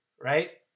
right